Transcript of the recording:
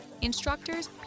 Instructors